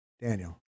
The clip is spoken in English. Daniel